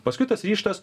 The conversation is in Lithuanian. paskui tas ryžtas